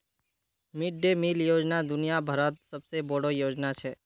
mid day meal योजना दुनिया भरत सबसे बोडो योजना छे